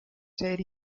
ser